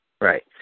Right